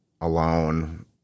alone